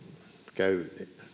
käy